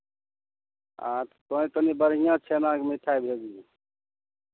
आ कहै छलहुँ कनि बढ़िआँ छेनाके मिठाइ भेजबै